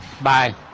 Bye